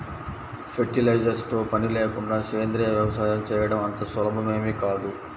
fertilisers తో పని లేకుండా సేంద్రీయ వ్యవసాయం చేయడం అంత సులభమేమీ కాదు